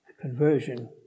conversion